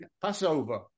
Passover